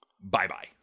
bye-bye